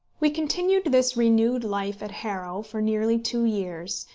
we continued this renewed life at harrow for nearly two years,